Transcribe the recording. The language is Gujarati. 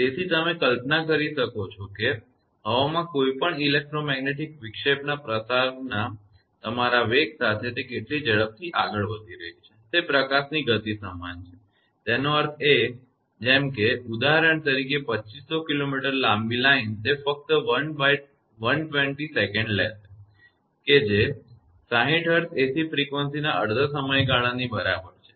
તેથી તમે કલ્પના કરી શકો છો કે હવામાં કોઈપણ ઇલેક્ટ્રોમેગ્નેટિક વિક્ષેપના પ્રસારના તમારા વેગ સાથે તે કેટલી ઝડપથી આગળ વધી રહી છે તે પ્રકાશની ગતિ સમાન છે તેનો અર્થ એ જેમકે ઉદાહરણ તરીકે 2500 કિલોમીટર લાંબી લાઈન તે ફક્ત 1120 સેકન્ડ લેશે કે જે 60 હર્ટ્ઝ એસી frequency ના અડધા સમયગાળાની બરાબર છે